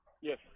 Yes